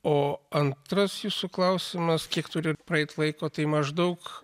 o antras jūsų klausimas kiek turi praeiti laiko tai maždaug